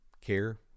care